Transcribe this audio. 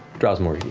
drow's more yeah